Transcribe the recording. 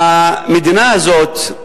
המדינה הזאת,